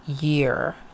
year